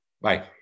Bye